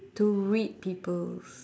to read people's